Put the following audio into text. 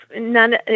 none